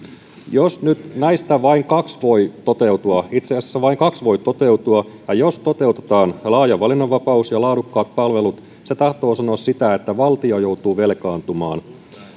jos nyt näistä vain kaksi voi toteutua itse asiassa vain kaksi voi toteutua ja jos toteutetaan laaja valinnanvapaus ja laadukkaat palvelut se tahtoo sanoa sitä että valtio joutuu velkaantumaan